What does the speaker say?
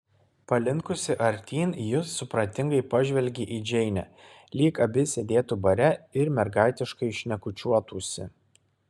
palinkusi artyn ji supratingai pažvelgė į džeinę lyg abi sėdėtų bare ir mergaitiškai šnekučiuotųsi